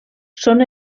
són